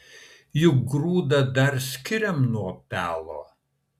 juk grūdą dar skiriam nuo pelo